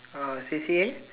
uh C_C_A